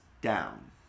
down